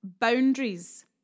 Boundaries